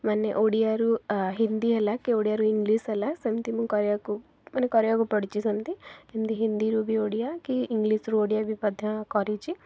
ମାନେ ଓଡ଼ିଆରୁ ହିନ୍ଦୀ ହେଲା କି ଓଡ଼ିଆରୁ ଇଂଲିଶ ହେଲା ସେମିତି ମୁଁ କରିବାକୁ ମାନେ କରିବାକୁ ପଡ଼ିଛି ସେମିତି ସେମିତି ହିନ୍ଦୀରୁ ବି ଓଡ଼ିଆ କି ଇଂଲିଶରୁ ଓଡ଼ିଆ ବି ମଧ୍ୟ କରିଛି